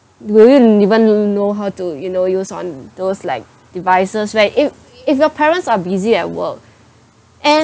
will you even know how to you know use on those like devices where if if your parents are busy at work and